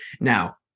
Now